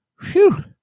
phew